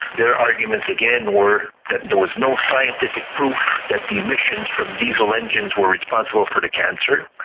their arguments, again, were that there was no scientific proof that the emissions from diesel engines were responsible for the cancer,